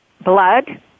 blood